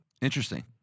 Interesting